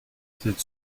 cette